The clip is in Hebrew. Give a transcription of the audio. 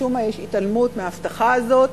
ומשום מה יש התעלמות מההבטחה הזאת.